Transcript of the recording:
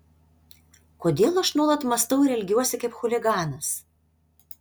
kodėl aš nuolat mąstau ir elgiuosi kaip chuliganas